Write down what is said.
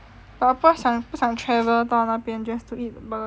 but 我我不想 travel 到那边 just to eat Burger King